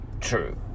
true